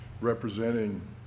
representing